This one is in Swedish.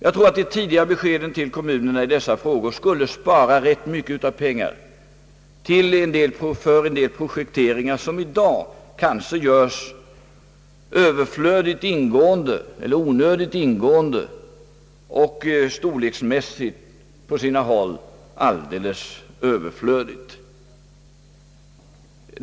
Jag tror att de tidiga beskeden till kommunerna i dessa frågor skulle spara mycket pengar för vissa projekteringar som i dag kanske görs onödigt ingående och på sina håll storleksmässigt alldeles överflödigt.